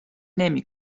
نمی